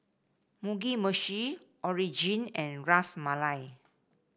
Mugi Meshi Onigiri and Ras Malai